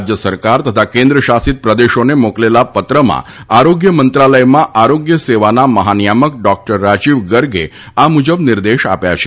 રાજ્ય સરકાર તથા કેન્દ્ર શાસિત પ્રદેશોને મોકલેલા પત્રમાં આરોગ્ય મંત્રાલયમાં આરોગ્ય સેવાના મહાનિયામક ડોક્ટર રાજીવ ગર્ગે આ મુજબ નિર્દેશ આપ્યા છે